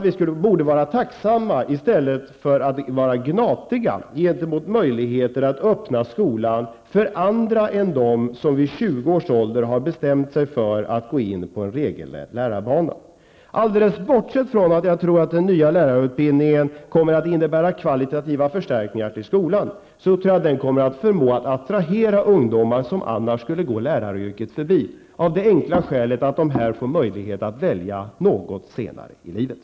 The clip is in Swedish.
Vi borde vara tacksamma, i stället för att vara gnatiga, gentemot möjligheter att öppna skolan för andra än dem som vid 20 års ålder har bestämt sig för att gå in på en regelrätt lärarbana. Alldeles bortsett från att jag tror att den nya lärarutbildningen kommer att innebära kvalitativa förstärkningar för skolan, tror jag att den kommer att förmå att attrahera ungdomar som annars skulle gå läraryrket förbi, av det enkla skälet att de här får möjlighet att välja något senare i livet.